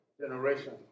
generation